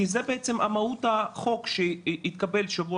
כי זו בעצם מהות החוק שהתקבל בשבוע